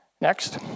Next